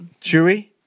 Chewie